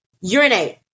Urinate